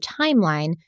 timeline